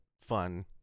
fun